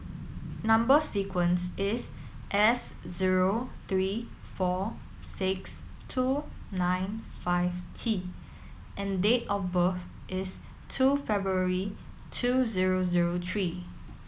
number sequence is S zero three four six two nine five T and date of birth is two February two zero zero three